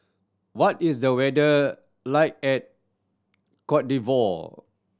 what is the weather like at Cote D'Ivoire